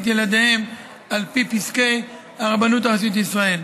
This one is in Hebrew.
ילדיהם על פי פסקי הרבנות הראשית לישראל.